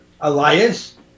Elias